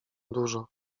dużo